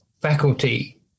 faculty